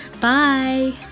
Bye